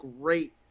great